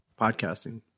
Podcasting